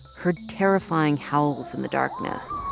heard terrifying howls in the darkness